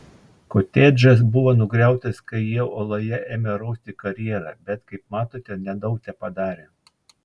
kotedžas buvo nugriautas kai jie uoloje ėmė rausti karjerą bet kaip matote nedaug tepadarė